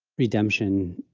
redemption,